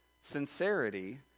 Sincerity